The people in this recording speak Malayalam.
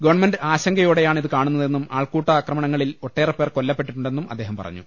ഗവൺമെന്റ് ആശങ്കയോടെയാണ് ഇത് കാണുന്നതെന്നും ആൾക്കൂട്ട ആക്രമണങ്ങളിൽ ഒട്ടേറെ പേർ കൊല്ലപ്പെട്ടിട്ടുണ്ടെന്നും അദ്ദേഹം പറഞ്ഞു